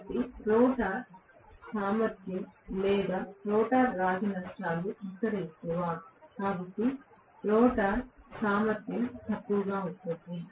కాబట్టి రోటర్ సామర్థ్యం లేదా రోటర్ రాగి నష్టాలు ఇక్కడ ఎక్కువ కాబట్టి రోటర్ సామర్థ్యం తక్కువగా ఉంటుంది